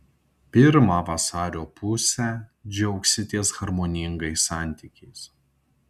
pirmą vasario pusę džiaugsitės harmoningais santykiais